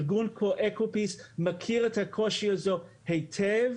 ארגון כמו אקופיס מכיר את הקושי הזה היטב,